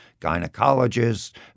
gynecologists